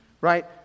right